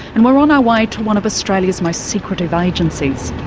and we're on our way to one of australia's most secretive agencies.